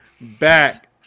back